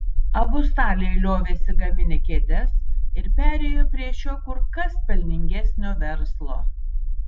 abu staliai liovėsi gaminę kėdes ir perėjo prie šio kur kas pelningesnio verslo